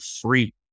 free